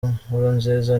nkurunziza